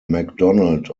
mcdonald